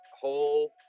whole